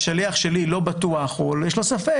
וכשהשליח שלי לא בטוח או יש לו ספק,